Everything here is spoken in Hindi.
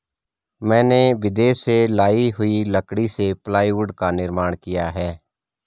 मैंने विदेश से लाई हुई लकड़ी से प्लाईवुड का निर्माण किया है